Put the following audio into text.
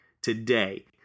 today